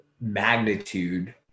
magnitude